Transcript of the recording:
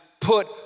put